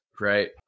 Right